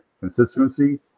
Consistency